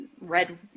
red